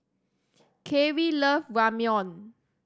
Kerrie love Ramyeon